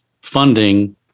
funding